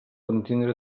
contindre